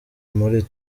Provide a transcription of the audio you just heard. muri